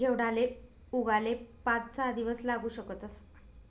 घेवडाले उगाले पाच सहा दिवस लागू शकतस